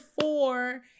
four